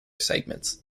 segments